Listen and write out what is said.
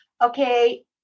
Okay